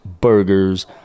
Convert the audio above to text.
burgers